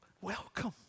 Welcome